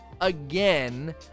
Again